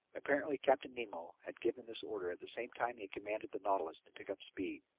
apparently captain nemo had given this order at the same time he commanded the nautilus to pick up speed.